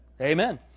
Amen